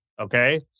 Okay